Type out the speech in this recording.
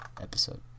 episode